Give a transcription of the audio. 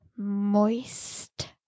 Moist